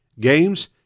games